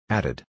Added